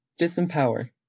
Disempower